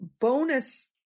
bonus